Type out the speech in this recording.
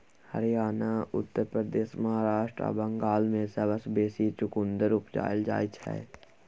हरियाणा, उत्तर प्रदेश, महाराष्ट्र आ बंगाल मे सबसँ बेसी चुकंदर उपजाएल जाइ छै